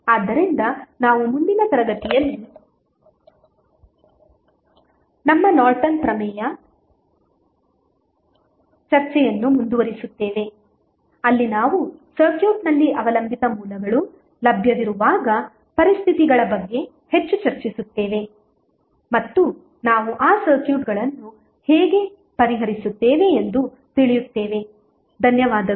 ಆದ್ದರಿಂದ ನಾವು ಮುಂದಿನ ತರಗತಿಯಲ್ಲಿ ನಮ್ಮ ನಾರ್ಟನ್ ಪ್ರಮೇಯ ಚರ್ಚೆಯನ್ನು ಮುಂದುವರಿಸುತ್ತೇವೆ ಅಲ್ಲಿ ನಾವು ಸರ್ಕ್ಯೂಟ್ನಲ್ಲಿ ಅವಲಂಬಿತ ಮೂಲಗಳು ಲಭ್ಯವಿರುವಾಗ ಪರಿಸ್ಥಿತಿಗಳ ಬಗ್ಗೆ ಹೆಚ್ಚು ಚರ್ಚಿಸುತ್ತೇವೆ ಮತ್ತು ನಾವು ಆ ಸರ್ಕ್ಯೂಟ್ಗಳನ್ನು ಹೇಗೆ ಪರಿಹರಿಸುತ್ತೇವೆ ಎಂದು ತಿಳಿಯುತ್ತೇವೆ ಧನ್ಯವಾದಗಳು